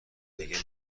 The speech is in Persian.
دیگه